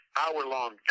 hour-long